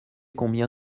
combien